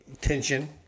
tension